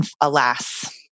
alas